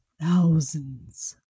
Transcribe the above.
thousands